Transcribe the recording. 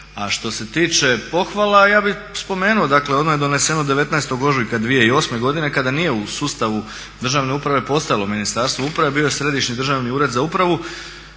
A što se tiče pohvala, ja bih spomenuo dakle ono je doneseno 19.ožujka 2008.kada nije u sustavu državne uprave postojalo Ministarstvo uprave, bio je Središnji državni ured za upravi